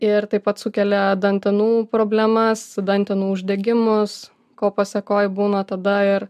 ir taip pat sukelia dantenų problemas dantenų uždegimus ko pasekoj būna tada ir